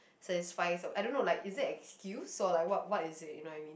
satisfy I don't know like is it an excuse or like what what is it you know I mean